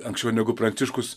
anksčiau negu pranciškus